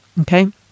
Okay